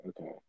okay